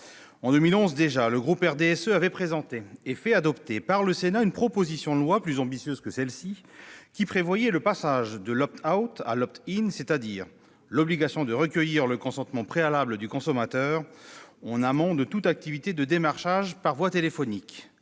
En 2011, déjà, le groupe du RDSE avait présenté et fait adopter par le Sénat une proposition de loi, plus ambitieuse que celle-ci, qui prévoyait le passage de l'à l', c'est-à-dire à l'obligation de recueillir le consentement préalable du consommateur, en amont de toute activité de démarchage par voie téléphonique.